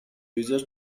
user